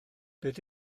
beth